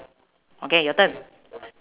okay your turn